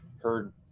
heard